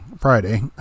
Friday